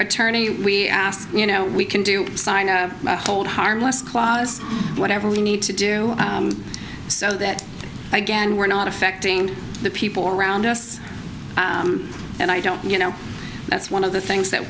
attorney we ask you know we can do sign a hold harmless whatever we need to do so that again we're not affecting the people around us and i don't you know that's one of the things that